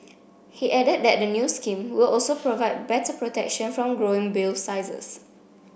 he added that the new scheme will also provide better protection from growing bill sizes